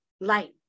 light